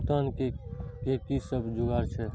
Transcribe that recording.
भुगतान के कि सब जुगार छे?